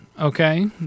okay